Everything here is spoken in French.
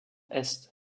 est